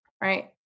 Right